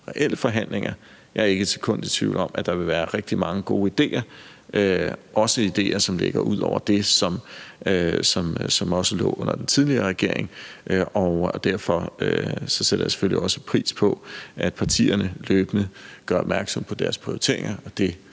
reelle forhandlinger. Jeg er ikke et sekund i tvivl om, at der vil være rigtig mange gode ideer, også ideer, som ligger ud over det, som lå under den tidligere regering. Derfor sætter jeg selvfølgelig også pris på, at partierne løbende gør opmærksom på deres prioriteringer.